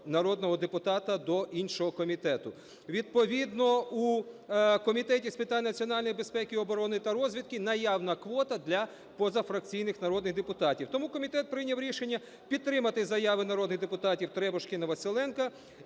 народного депутата до іншого комітету. Відповідно у Комітеті з питань національної безпеки і оборони та розвідки наявна квота для позафракційних народних депутатів. Тому комітет прийняв рішення підтримати заяви народних депутатів Требушкіна, Василенка